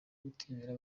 gutinyura